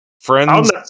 friends